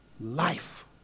life